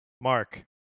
Mark